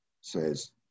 says